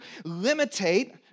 limitate